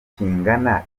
kingana